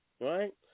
right